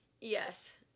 Yes